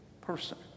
person